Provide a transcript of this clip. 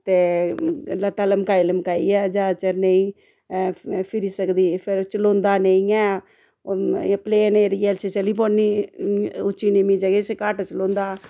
ते लत्तां लमकाई लमकाइयै ज्यादा चिर नेईं फिरी सकदी फिरी चलोंदा नेईं ऐ एह् प्लेन ऐरिये च चली पौन्नी उच्ची निम्मी जगह् च घट्ट चलोंदा